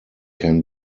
can